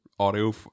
audio